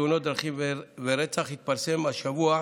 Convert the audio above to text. תאונות דרכים ורצח התפרסם השבוע,